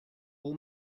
all